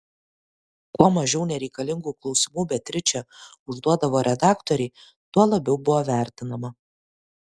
kuo mažiau nereikalingų klausimų beatričė užduodavo redaktorei tuo labiau buvo vertinama